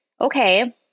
okay